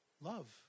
Love